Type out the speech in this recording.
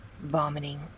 vomiting